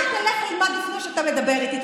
אתה, תלך תלמד לפני שאתה מדבר איתי.